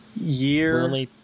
year